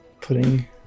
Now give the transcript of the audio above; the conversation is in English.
Putting